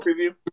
preview